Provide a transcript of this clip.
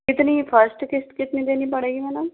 कितनी फर्स्ट क़िस्त कितनी देनी पड़ेगी मैडम